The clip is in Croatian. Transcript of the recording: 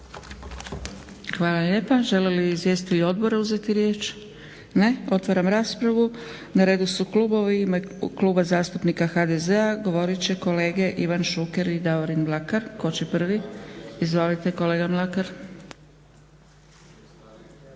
Hvala lijepa. Žele li izvjestitelji odbora uzeti riječ? Ne. Otvaram raspravu. Na redu su klubovi. U ime Kluba zastupnika HDZ-a govorit će kolege Ivan Šuker i Davorin Mlakar. Tko će prvi? Izvolite kolega Mlakar.